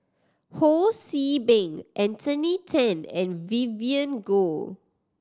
Ho See Beng Anthony Then and Vivien Goh